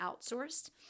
outsourced